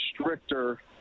stricter